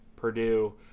Purdue